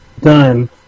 done